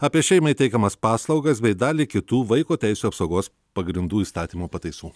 apie šeimai teikiamas paslaugas bei dalį kitų vaiko teisių apsaugos pagrindų įstatymo pataisų